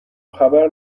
خبر